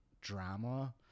drama